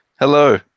Hello